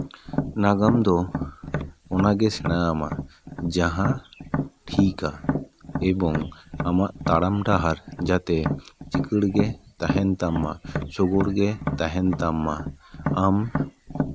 ᱱᱟᱜᱟᱢ ᱫᱚ ᱚᱱᱟᱜᱮ ᱥᱮᱬᱟ ᱟᱢᱟ ᱡᱟᱦᱟᱸ ᱴᱷᱤᱠᱼᱟ ᱮᱵᱚᱝ ᱟᱢᱟᱜ ᱛᱟᱲᱟᱢ ᱰᱟᱦᱟᱨ ᱡᱟᱛᱮ ᱪᱤᱠᱟᱹᱲ ᱜᱮ ᱛᱟᱦᱮᱱ ᱛᱟᱢ ᱢᱟ ᱥᱳᱜᱳᱲ ᱜᱮ ᱛᱟᱦᱮᱱ ᱛᱟᱢ ᱢᱟ ᱟᱢ